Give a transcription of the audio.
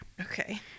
Okay